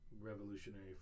revolutionary